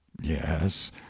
yes